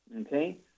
Okay